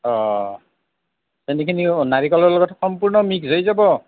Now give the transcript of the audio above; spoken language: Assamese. অঁ চেনীখিনি নাৰিকলৰ লগত সম্পূৰ্ণ মিক্স হৈ যাব